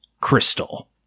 Crystal